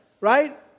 right